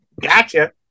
Gotcha